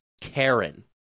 Karen